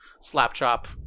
slap-chop